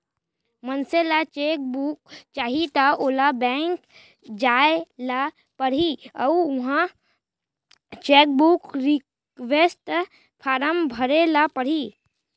मनसे ल cheque book चाही त ओला बेंक जाय ल परही अउ उहॉं चेकबूक रिक्वेस्ट फारम भरे ल परही